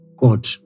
God